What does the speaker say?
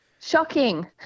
Shocking